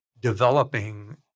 developing